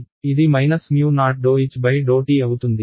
కాబట్టి ఇది O ∂H∂tఅవుతుంది